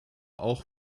auch